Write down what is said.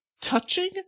touching